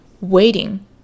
waiting